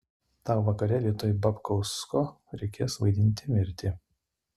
tau vakare vietoj babkausko reikės vaidinti mirtį